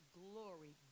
glory